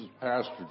Pastor